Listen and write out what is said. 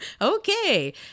okay